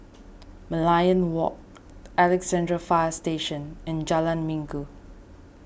Merlion Walk Alexandra Fire Station and Jalan Minggu